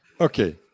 Okay